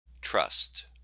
Trust